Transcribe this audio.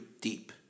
deep